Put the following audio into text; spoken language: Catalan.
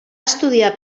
estudiar